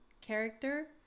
character